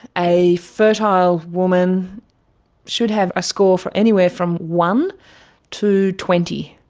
a fertile woman should have a score for anywhere from one to twenty.